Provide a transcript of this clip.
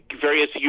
various